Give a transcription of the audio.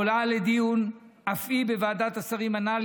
שעולה לדיון אף היא בוועדת השרים הנ"ל,